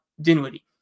Dinwiddie